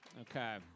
Okay